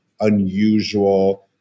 unusual